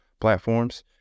platforms